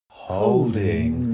Holding